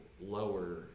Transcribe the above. lower